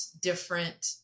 different